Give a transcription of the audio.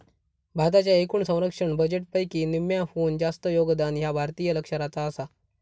भारताच्या एकूण संरक्षण बजेटपैकी निम्म्याहून जास्त योगदान ह्या भारतीय लष्कराचा आसा